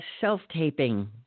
Self-taping